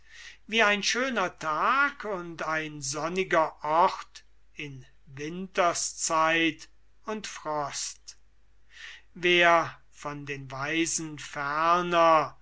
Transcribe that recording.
wie ein schöner tag und ein sonniger ort in winterszeit und frost wer von den weisen ferner